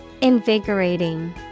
Invigorating